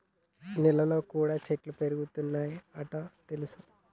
నెలల్లో కూడా చెట్లు పెరుగుతయ్ అంట తెల్సా